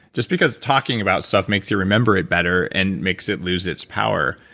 just because talking about stuff makes you remember it better and makes it lose its power,